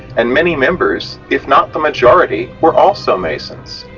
and many members, if not the majority were also masons.